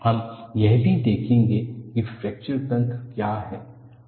हम यह भी देखेंगे कि फ्रैक्चर तंत्र क्या हैं